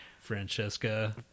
Francesca